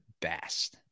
best